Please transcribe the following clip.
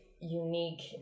unique